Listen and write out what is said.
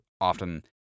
often